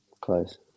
Close